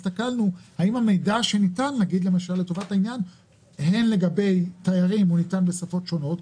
הסתכלנו האם המידע שניתן לתיירים ניתן בשפות שונות,